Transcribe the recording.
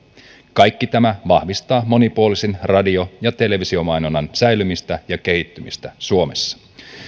kaikki tämä vahvistaa monipuolisen radio ja televisiomainonnan säilymistä ja kehittymistä suomessa